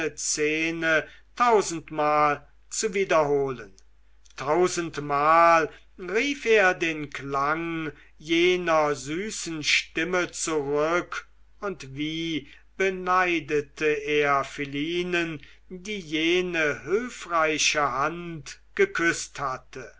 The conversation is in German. szene tausendmal zu wiederholen tausendmal rief er den klang jener süßen stimme zurück und wie beneidete er philinen die jene hülfreiche hand geküßt hatte